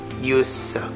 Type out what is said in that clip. use